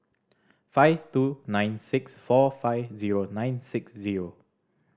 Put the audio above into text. five two nine six four five zero nine six zero